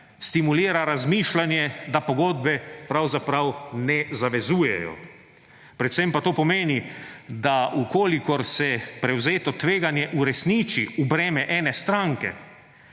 stimulira razmišljanje, da pogodbe pravzaprav ne zavezujejo. Predvsem pa to pomeni, da v kolikor se prevzeto tveganje uresniči v breme ene stranke,